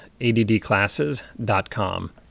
addclasses.com